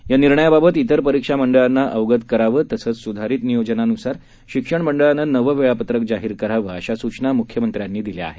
या निर्णयाबाबत तिर परीक्षा मंडळांना अवगत करावं तसंच सुधारित नियोजनानुसार शिक्षण मंडळानं नवं वेळापत्रक जाहीर करावं अशा सूचना मुख्यमंत्र्यांनी दिल्या आहेत